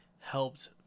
helped